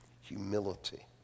humility